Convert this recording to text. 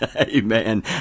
Amen